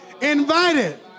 invited